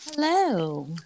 Hello